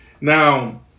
Now